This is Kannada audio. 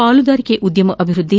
ಪಾಲುದಾರಿಕೆ ಉದ್ಯಮ ಅಭಿವೃದ್ದಿ